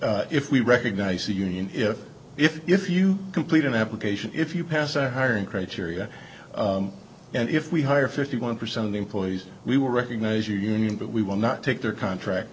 said if we recognize a union if if if you complete an application if you pass a hiring criteria and if we hire fifty one percent of the employees we will recognize your union but we will not take their contract